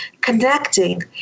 connecting